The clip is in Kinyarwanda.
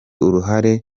uruhare